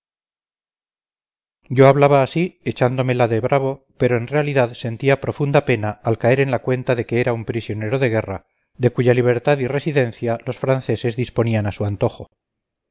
yo hablaba así echándomela de bravo pero en realidad sentía profunda pena al caer en la cuenta de que era un prisionero de guerra de cuya libertad y residencia los franceses disponían a su antojo